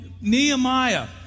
Nehemiah